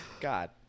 God